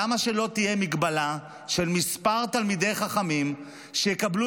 למה שלא תהיה הגבלה של מספר תלמידי חכמים שיקבלו